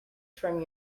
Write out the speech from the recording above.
from